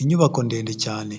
Inyubako ndende cyane,